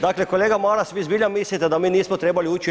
Dakle, kolega Maras, vi zbilja mislite da mi nismo trebali ući u EU?